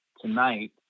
tonight